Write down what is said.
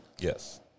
yes